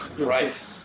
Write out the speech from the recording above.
Right